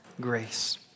grace